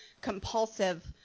compulsive